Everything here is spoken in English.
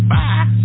Bye